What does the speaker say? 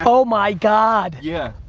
oh my god! yeah.